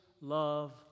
love